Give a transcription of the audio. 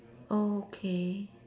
oh okay